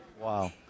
Wow